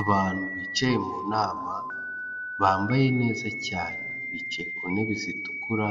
Abantu bicaye mu nama, bambaye neza cyane, bicaye ku ntebe zitukura,